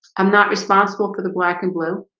i'm not responsible for the black and blue